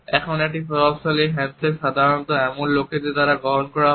এখন একটি প্রভাবশালী হ্যান্ডশেক সাধারণত এমন লোকেদের দ্বারা গ্রহণ করা হয়